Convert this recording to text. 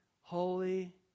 Holy